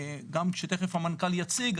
גם שתיכף המנכ"ל יציג,